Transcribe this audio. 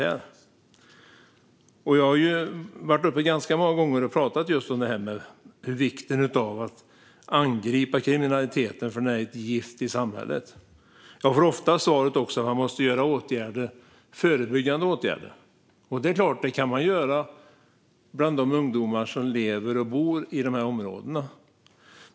Jag har varit uppe i debatten ganska många gånger och talat om vikten av att angripa kriminaliteten för att den är ett gift i samhället. Jag får ofta svaret att man måste vidta förbyggande åtgärder. Det kan man göra bland de ungdomar som lever och bor i områdena.